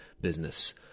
business